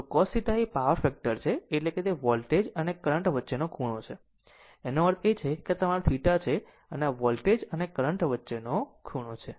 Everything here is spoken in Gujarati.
તો cos θ એ પાવર ફેક્ટર છે એટલે કે તે વોલ્ટેજ અને કરંટ વચ્ચેનો ખૂણો છે આનો અર્થ છે કે આ તે આ તમારું θ છે આ વોલ્ટેજ અને કરંટ વચ્ચેનો ખૂણો છે